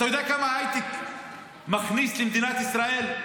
אתה יודע כמה ההייטק מכניס למדינת ישראל?